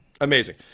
Amazing